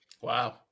Wow